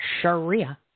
Sharia